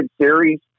Series